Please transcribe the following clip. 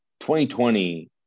2020